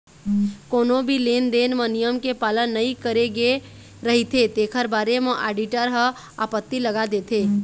कोनो भी लेन देन म नियम के पालन नइ करे गे रहिथे तेखर बारे म आडिटर ह आपत्ति लगा देथे